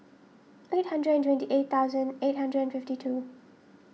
eight hundred and twenty eight thousand eight hundred and fifty two